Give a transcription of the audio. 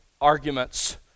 arguments